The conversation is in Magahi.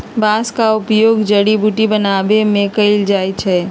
बांस का उपयोग जड़ी बुट्टी बनाबे में कएल जाइ छइ